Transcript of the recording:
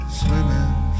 swimming